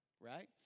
right